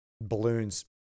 balloons